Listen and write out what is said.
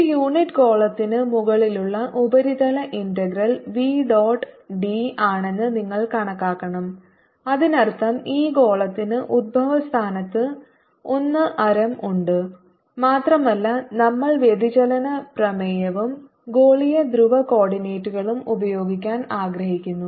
ഒരു യൂണിറ്റ് ഗോളത്തിന് മുകളിലുള്ള ഉപരിതല ഇന്റഗ്രൽ വി ഡോട്ട് ഡി ആണെന്ന് നിങ്ങൾ കണക്കാക്കണം അതിനർത്ഥം ഈ ഗോളത്തിന് ഉത്ഭവസ്ഥാനത്ത് 1 ആരം ഉണ്ട് മാത്രമല്ല നമ്മൾ വ്യതിചലന പ്രമേയവും ഗോളീയ ധ്രുവ കോഡിനേറ്റുകളും ഉപയോഗിക്കാൻ ആഗ്രഹിക്കുന്നു